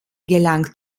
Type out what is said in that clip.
gelang